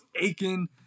aching